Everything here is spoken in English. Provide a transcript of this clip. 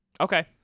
Okay